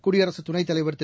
குடியரசு துணைத்தலைவர் திரு